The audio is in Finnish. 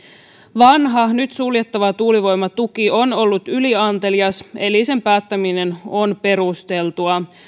vanha nyt suljettava tuulivoimatuki on ollut yliantelias eli sen päättäminen on perusteltua